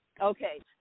Okay